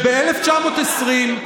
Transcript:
ב-1920,